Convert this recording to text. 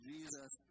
Jesus